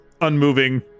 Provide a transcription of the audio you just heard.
unmoving